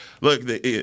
look